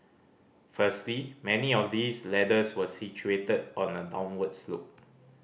firstly many of these ladders were situated on a downward slope